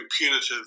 punitive